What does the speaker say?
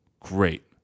Great